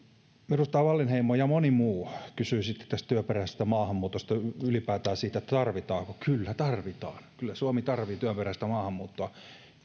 edustaja wallinheimo ja moni muu kysyivät sitten tästä työperäisestä maahanmuutosta ylipäätään siitä tarvitaanko kyllä tarvitaan kyllä suomi tarvitsee työperäistä maahanmuuttoa